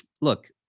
look